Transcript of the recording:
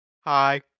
Hi